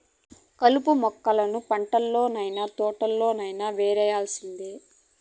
కలుపు మొక్కలను పంటల్లనైన, తోటల్లోనైన యేరేయాల్సిందే